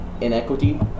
inequity